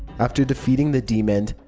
after defeating the demon,